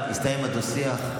הסתיים השיח.